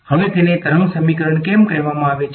હવે તેને તરંગ સમીકરણ કેમ કહેવામાં આવે છે